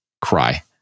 cry